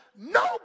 No